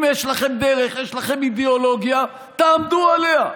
אם יש לכם דרך, יש לכם אידיאולוגיה, תעמדו עליה.